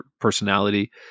personality